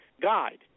guide